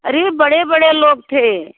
अरे बड़े बड़े लोग थे